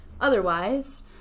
otherwise